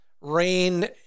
rain